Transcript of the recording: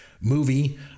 movie